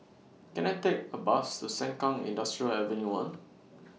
Can I Take A Bus to Sengkang Industrial Avenue one